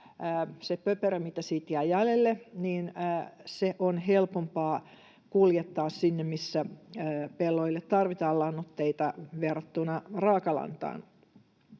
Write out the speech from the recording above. se pöperö, mitä siitä jää jäljelle, on helpompaa kuljettaa sinne, missä pelloille tarvitaan lannoitteita, verrattuna raakalantaan.